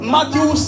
Matthew